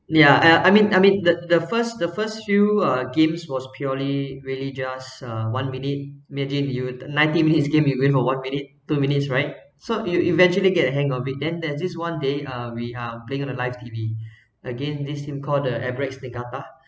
ya I I mean I mean the the first the first few uh games was purely really just uh one minute imagine you ninety minutes game you're going for one minute two minutes right so you you eventually get a hand of it then there's this one day uh we are playing on the live T_V again this team calls the albirex niigata